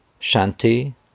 Shanti